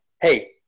hey